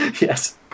Yes